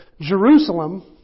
Jerusalem